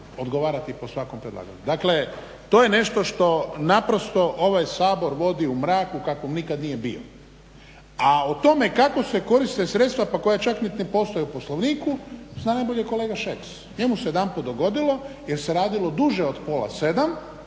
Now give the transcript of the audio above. odgovarati po svakom predlagatelju. Dakle to je nešto što ovaj Sabor vodi u mrak u kakvom nikad nije bio. A o tome kako se koriste sredstva pa koja čak niti ne postoje u Poslovniku zna najbolje kolega Šeks. Njemu se jedanput dogodilo jer se radilo duže od pola 7 da